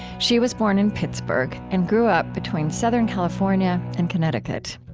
she was born in pittsburgh and grew up between southern california and connecticut.